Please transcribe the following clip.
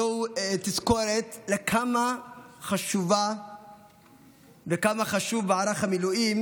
זו תזכורת כמה חשוב מערך המילואים,